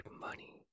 money